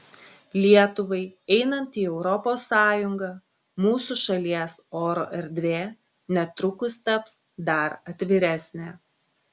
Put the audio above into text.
lietuvai einant į europos sąjungą mūsų šalies oro erdvė netrukus taps dar atviresnė